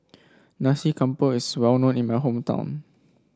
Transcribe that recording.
Nasi Campur is well known in my hometown